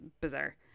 Bizarre